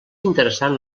interessant